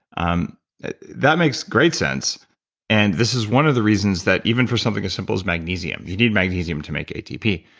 um that makes great sense and this is one of the reasons that even for something as simple as magnesium, you need magnesium to make atp,